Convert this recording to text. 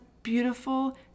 beautiful